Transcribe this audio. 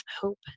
hope